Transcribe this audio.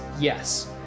Yes